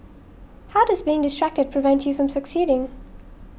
how does being distracted prevent you from succeeding